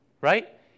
right